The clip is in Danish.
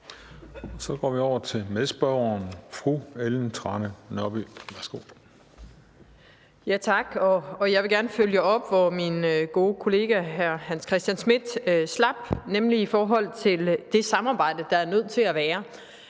Så går vi over til medspørgeren. Fru Ellen Trane Nørby, værsgo. Kl. 21:19 Ellen Trane Nørby (V): Tak. Jeg vil gerne følge op, hvor min gode kollega hr. Hans Christian Schmidt slap, nemlig i forhold til det samarbejde, der er nødt til at være.